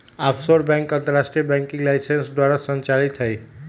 offshore bank अंतरराष्ट्रीय banking licence द्वारा संचालित हइ